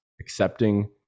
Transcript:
accepting